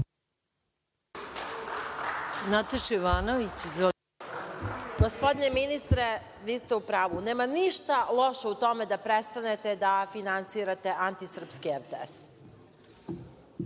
**Nataša Jovanović** Gospodine ministre, vi ste u pravu. Nema ništa loše u tome da prestanete da finansirate antisrpski RTS.